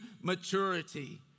maturity